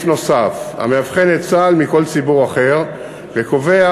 נוסף המבחין את צה"ל מכל ציבור אחר וקובע,